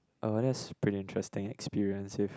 uh that's pretty interesting experience if